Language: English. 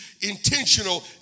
intentional